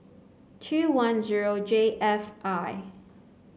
two one zero J F I